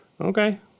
Okay